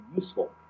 useful